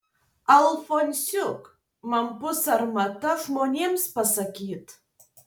alfonsiuk man bus sarmata žmonėms pasakyt